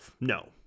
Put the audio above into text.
No